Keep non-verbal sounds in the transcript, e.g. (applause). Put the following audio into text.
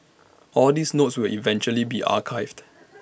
all these notes will eventually be archived (noise)